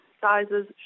sizes